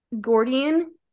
Gordian